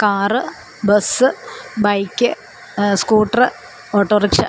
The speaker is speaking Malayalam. car bus bike scooter autorickshaw